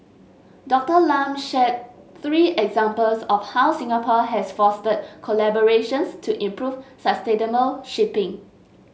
Doctor Lam shared three examples of how Singapore has fostered collaborations to improve sustainable shipping